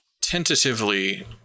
tentatively